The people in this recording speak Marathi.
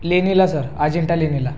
लेणीला सर अजिंठा लेणीला